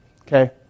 Okay